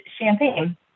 champagne